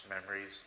memories